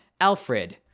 Alfred